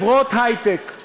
וחרדיות